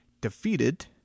defeated